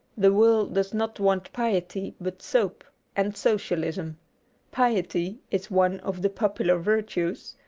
the world does not want piety, but soapa and socialism piety is one of the popular virtues,